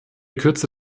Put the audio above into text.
kürze